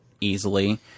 easily